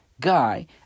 guy